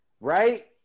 Right